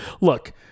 Look